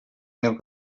mil